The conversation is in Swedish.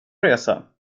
resa